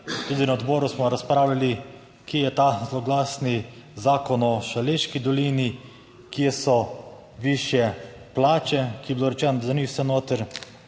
Tudi na odboru smo razpravljali kje je ta zloglasni Zakon o Šaleški dolini, kje so višje plače, ki je bilo rečeno, da ni vse noter,